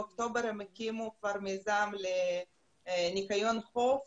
באוקטובר הם כבר הקימו מיזם לניקיון חוף